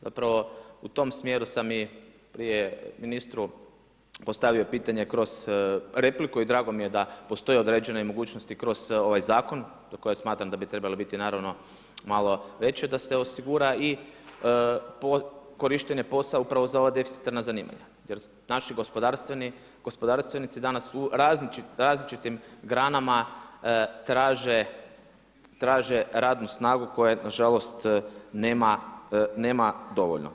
Zapravo u tom smjeru sam i prije ministru postavio pitanje kroz repliku i drago mi je da postoje određene mogućnosti kroz ovaj zakon za koji smatram da bi trebali biti naravno malo veći da se osigura i korištenje POS-a upravo za ova deficitarna zanimanja jer naši gospodarstvenici danas u različitim grana traže radnu snagu koje nažalost nema dovoljno.